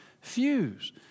fuse